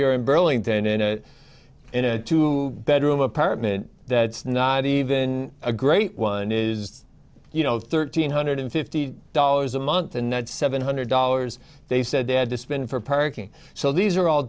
here in burlington in a in a two bedroom apartment that's not even a great one is you know thirteen hundred fifty dollars a month and seven hundred dollars they said they had to spend for parking so these are all